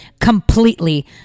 completely